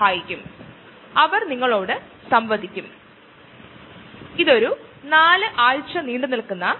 കോശങ്ങൾക്കു അതിന്റെ ജോലി കഴിഞ്ഞ ശേഷം സ്വയം നശിക്കാൻ കഴിയാതെ വരുക അത് സംഭവിക്കുമ്പോളാണ് കാൻസർ സംഭവിക്കുന്നതു